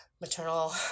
maternal